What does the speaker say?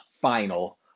final